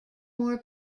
more